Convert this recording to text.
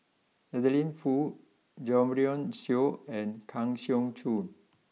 Adeline Foo Jo Marion Seow and Kang Siong Joo